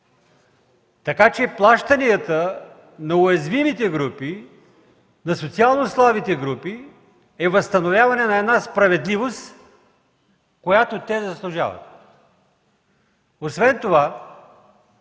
Така че плащанията на уязвимите групи, на социално слабите групи е възстановяване на една справедливост, която те заслужават. Освен това